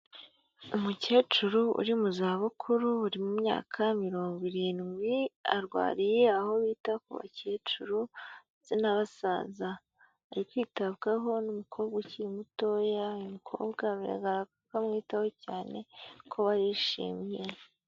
Umukecuru uri mu zabukuru uri mu myaka mirongo irindwi, arwariye aho bita ku bakecuru ndetse n'abasaza, ari kwitabwaho n'umukobwa ukiri mutoya, uyu mukobwa biragaraga ko amwitaho cyane kuko barishimye.